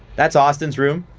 that's auston's room.